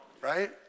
right